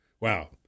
wow